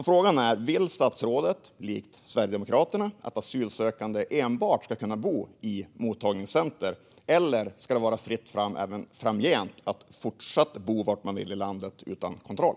Frågan är: Vill statsrådet, likt Sverigedemokraterna, att asylsökande enbart ska kunna bo i mottagningscenter, eller ska det även framgent vara fritt fram att bo var man vill i landet utan kontroll?